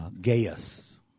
Gaius